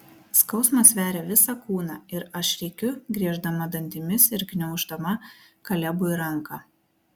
skausmas veria visą kūną ir aš rėkiu grieždama dantimis ir gniauždama kalebui ranką